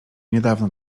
niedawno